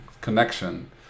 connection